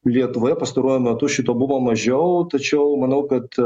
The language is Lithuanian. lietuvoje pastaruoju metu šito buvo mažiau tačiau manau kad